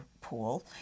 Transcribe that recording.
pool